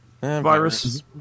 Virus